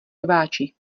rváči